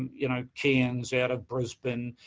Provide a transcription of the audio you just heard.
you know, cairns, out of brisbane,